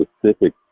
specific